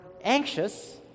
anxious